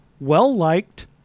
well-liked